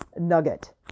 nugget